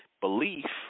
Belief